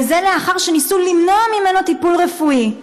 וזה לאחר שניסו למנוע ממנו טיפול רפואי.